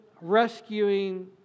rescuing